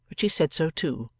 but she said so too.